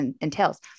entails